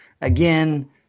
Again